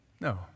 No